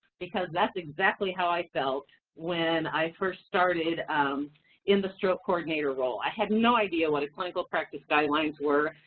because that's exactly how i felt when i first started in the stroke coordinator role. i had no idea what clinical practice guidelines were,